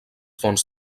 fons